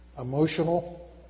emotional